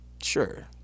Sure